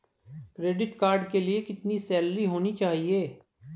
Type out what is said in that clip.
Credit card के लिए कितनी सैलरी होनी चाहिए?